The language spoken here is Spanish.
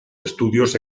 estudios